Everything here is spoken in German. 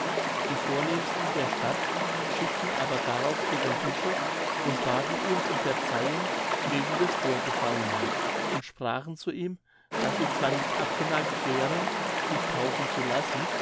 die vornehmsten der stadt schickten aber darauf zu dem bischof und baten ihn um verzeihung wegen des vorgefallenen und sprachen zu ihm daß sie zwar nicht abgeneigt wären sich taufen zu lassen